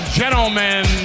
gentlemen